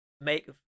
make